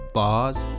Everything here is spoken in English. bars